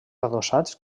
adossats